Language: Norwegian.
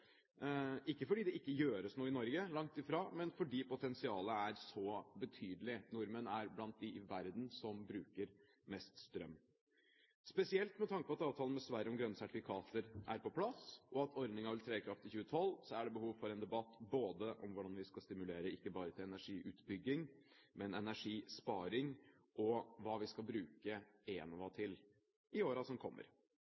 Ikke fordi det ikke gjøres noe i Norge, langt ifra, men fordi potensialet er så betydelig – nordmenn er blant de i verden som bruker mest strøm. Spesielt med tanke på at avtalen med Sverige om grønne sertifikater er på plass, og at ordningen vil tre i kraft i 2012, er det behov for en debatt både om hvordan vi skal stimulere ikke bare til energiutbygging, men energisparing, og hva vi skal bruke Enova til i årene som kommer. I en